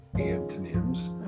antonyms